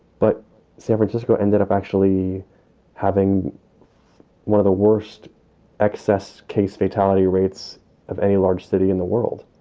but san francisco ended up actually having one of the worst excess case fatality rates of any large city in the world